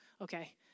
Okay